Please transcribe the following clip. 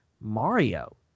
Mario